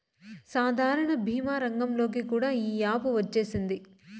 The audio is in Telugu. సాధారణ భీమా రంగంలోకి కూడా ఈ యాపు వచ్చేసింది